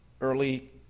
early